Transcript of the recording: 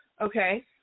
okay